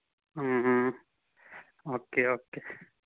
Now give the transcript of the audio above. um um okay okay